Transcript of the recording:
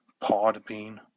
Podbean